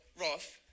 Roth